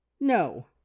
no